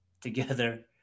together